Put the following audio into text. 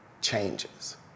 changes